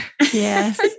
Yes